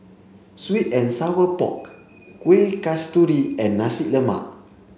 sweet and sour pork Kueh Kasturi and Nasi Lemak